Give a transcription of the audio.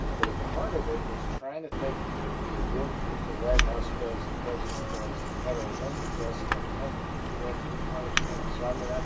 but at the heart of it is trying to take the work that the white house does, the president does and the federal government does and help the american people understand it. so, i mean,